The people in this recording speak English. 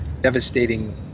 devastating